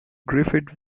griffith